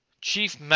Chief